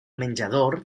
menjador